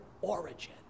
origin